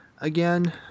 again